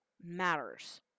matters